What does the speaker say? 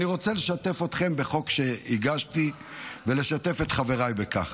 אני רוצה לשתף אתכם בחוק שהגשתי ולשתף את חבריי בכך.